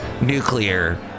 nuclear